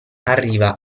arriva